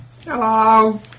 Hello